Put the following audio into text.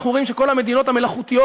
אנחנו רואים שכל המדינות המלאכותיות,